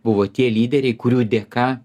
buvo tie lyderiai kurių dėka